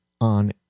on